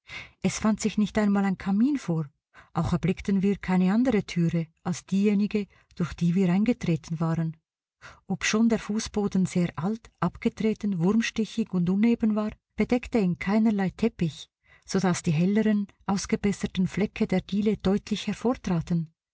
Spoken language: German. es fand sich nicht einmal ein kamin vor auch erblickten wir keine andere türe als diejenige durch die wir eingetreten waren obschon der fußboden sehr alt abgetreten wurmstichig und uneben war bedeckte ihn keinerlei teppich sodaß die helleren ausgebesserten flecke der diele deutlich